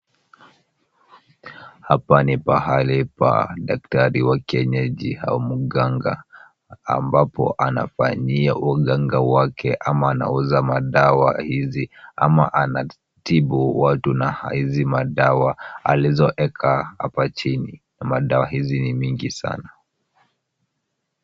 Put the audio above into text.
Hapa ni pahali pa daktari wa kienyeji au mganga, ambapo anafanyia uganga wake ama anauza madawa hizi ama anatibu watu na hizi madawa alizoweka hapa chini. Madawa hizi ni mingi sana.